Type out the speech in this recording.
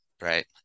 right